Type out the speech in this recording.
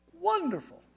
wonderful